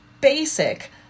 basic